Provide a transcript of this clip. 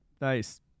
nice